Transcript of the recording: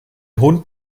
hund